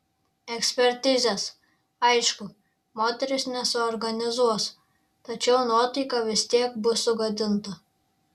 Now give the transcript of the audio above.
ekspertizės aišku moteris nesuorganizuos tačiau nuotaika vis tiek bus sugadinta